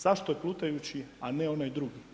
Zašto je plutajući, a ne onaj drugi?